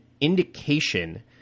indication